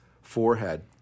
forehead